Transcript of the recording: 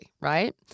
right